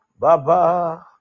Baba